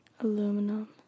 Aluminum